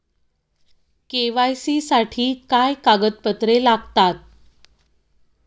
KYC साठी काय कागदपत्रे लागतात?